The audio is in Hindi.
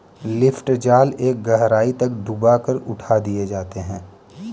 लिफ्ट जाल एक गहराई तक डूबा कर उठा दिए जाते हैं